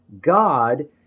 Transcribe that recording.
God